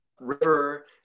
river